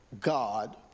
god